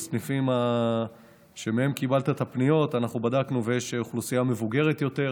בסניפים שמהם קיבלת את הפניות אנחנו בדקנו ויש אוכלוסייה מבוגרת יותר,